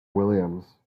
williams